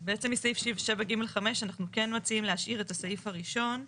בעצם מסעיף 7 (ג') 5 אנחנו כן מציעים להשאיר את הסעיף הראשון,